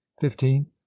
Fifteenth